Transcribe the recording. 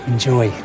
Enjoy